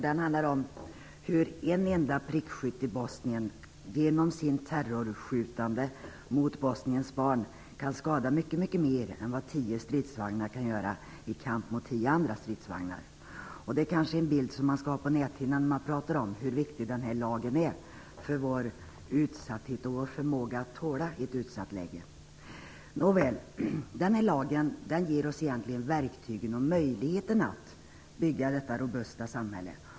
Det handlar då om hur en enda prickskytt i Bosnien genom sitt terrorskjutande mot Bosniens barn kan skada mycket, mycket mer än vad tio stridsvagnar kan göra i kampen mot tio andra stridsvagnar. Det är en bild som man kanske skall ha på näthinnan när det talas om hur viktig den här lagen är med tanke på vår utsatthet och vår förmåga att tåla saker och ting i ett utsatt läge. Den här lagen ger oss egentligen verktygen och möjligheterna att bygga detta robusta samhälle.